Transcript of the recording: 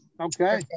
Okay